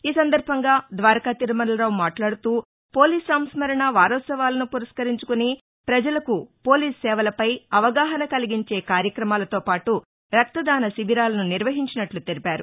ఈ సందర్బంగా ద్వారకా తిరుమలరావు మాట్లాడుతూ పోలీస్ సంస్కరణ వారోత్సవాలను పురస్కరించుకుని పజలకు పోలీస్ సేవలపై అవగాహన కలిగించే కార్యక్రమాలతోపాటు రక్తదాన శిబిరాలను నిర్వహించినట్లు తెలిపారు